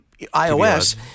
iOS